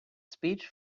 speech